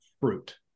fruit